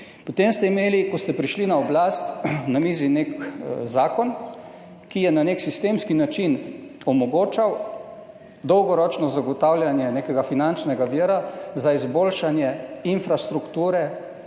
Potem ste imeli, ko ste prišli na oblast, na mizi nek zakon, ki je na nek sistemski način omogočal dolgoročno zagotavljanje nekega finančnega vira za izboljšanje infrastrukture